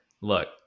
look